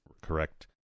correct